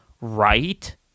right